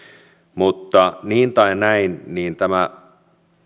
mutta niin tai näin tässä